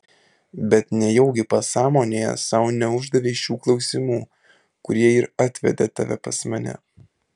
bet nejaugi pasąmonėje sau neuždavei šių klausimų kurie ir atvedė tave pas mane